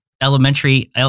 elementary